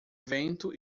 vento